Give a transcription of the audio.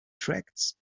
tracts